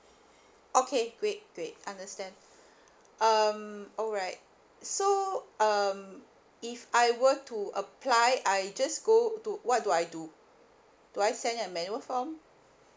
okay great great understand um alright so um if I were to apply I just go to what do I do do I send a manual form